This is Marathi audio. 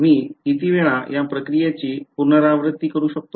मी किती वेळा या प्रक्रियेची पुनरावृत्ती करू शकतो